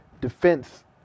defense